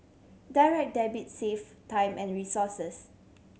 Direct Debit save time and resources